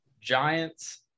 Giants